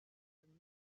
people